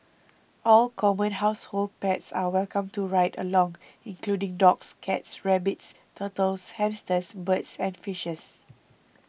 all common household pets are welcome to ride along including dogs cats rabbits turtles hamsters birds and fishes